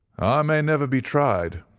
i may never be tried,